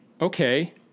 okay